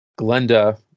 Glenda